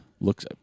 Looks